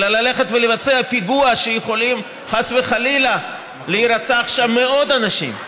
אלא ללכת ולבצע פיגוע שיכולים חס וחלילה להירצח שם מאות אנשים,